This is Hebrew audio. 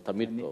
זה תמיד טוב.